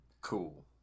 Cool